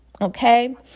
okay